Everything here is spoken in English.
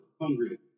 hungry